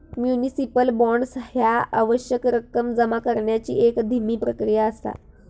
municipal bonds ह्या आवश्यक रक्कम जमा करण्याची एक धीमी प्रक्रिया असा